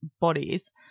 bodies